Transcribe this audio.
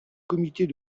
comités